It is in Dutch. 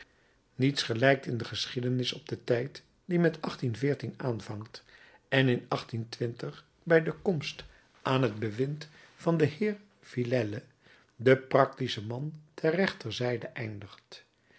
niets gelijkt in de geschiedenis op den tijd die met aanvangt en in bij de komst aan het bewind van den heer de villèle den practischen man der rechterzijde eindigt